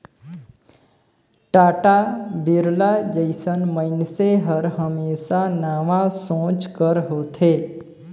टाटा, बिरला जइसन मइनसे हर हमेसा नावा सोंच कर होथे